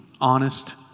Honest